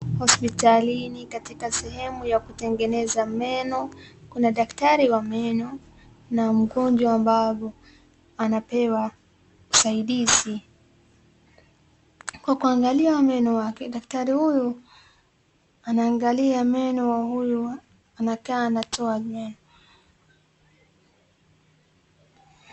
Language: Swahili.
Hosiptalini katika sehemu ya kutengeneza meno, kuna daktari wa meno na mgonjwa ambaye anapewa usaidizi. Kwa kuangalia meno yake, daktari huyu anaangalia meno ya huyu anakaa anatoa meno.